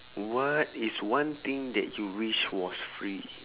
what is one thing that you wish was free